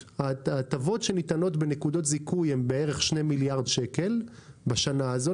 ההטבות שניתנות בנקודות זיכוי הן בערך שני מיליארד שקל בשנה הזו,